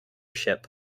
ship